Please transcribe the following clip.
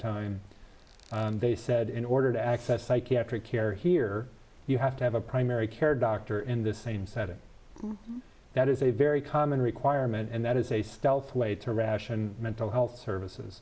time they said in order to access psychiatric care here you have to have a primary care doctor in the same setting that is a very common requirement and that is a stealth way to ration mental health services